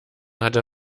hatte